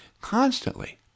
constantly